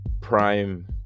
Prime